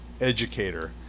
educator